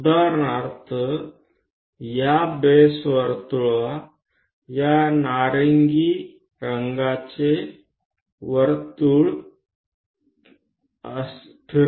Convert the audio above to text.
ઉદાહરણ તરીકે ચાલો આપણે આ બેઝ વર્તુળ પર એક વધુ વર્તુળ ધ્યાનમાં લઈએ